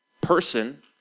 person